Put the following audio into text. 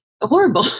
horrible